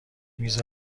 میز